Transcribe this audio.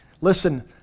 listen